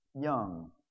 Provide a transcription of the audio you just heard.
young